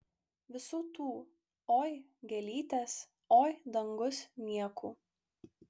visų tų oi gėlytės oi dangus niekų